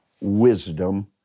wisdom